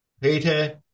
Peter